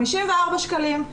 54 שקלים,